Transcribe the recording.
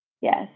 Yes